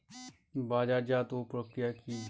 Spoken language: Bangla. বাজারজাতও প্রক্রিয়া কি?